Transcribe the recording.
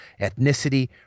ethnicity